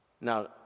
Now